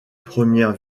première